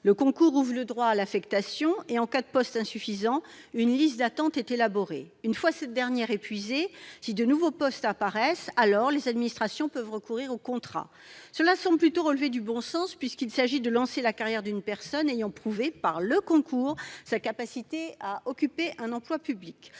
le concours ouvre le droit à l'affectation et, dans le cas d'un nombre insuffisant de postes, une liste d'attente est établie ; une fois cette dernière épuisée, si de nouveaux besoins apparaissent, les administrations peuvent alors recourir au contrat. Cela semble plutôt relever du bon sens, puisqu'il s'agit de lancer la carrière d'une personne ayant prouvé, par la réussite à un concours, sa capacité à occuper un emploi public.